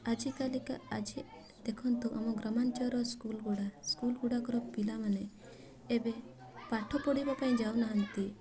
ଆଜିକାଲିକା ଆଜି ଦେଖନ୍ତୁ ଆମ ଗ୍ରାମାଞ୍ଚଳର ସ୍କୁଲ୍ଗୁଡ଼ା ସ୍କୁଲ୍ଗୁଡ଼ାକର ପିଲାମାନେ ଏବେ ପାଠ ପଢ଼ିବା ପାଇଁ ଯାଉନାହାନ୍ତି